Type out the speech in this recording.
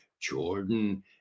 Jordan